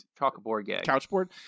Couchboard